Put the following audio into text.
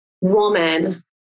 woman